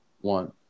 One